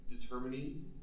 determining